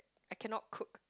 I cannot cook